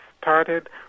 started